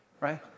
right